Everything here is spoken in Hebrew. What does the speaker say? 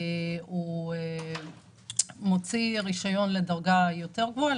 הוא מוציא רישיון לדרגה יותר גבוהה,